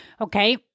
Okay